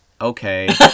okay